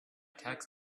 tax